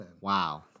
Wow